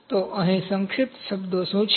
તો અહીં સંક્ષિપ્ત શબ્દો શું છે